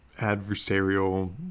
adversarial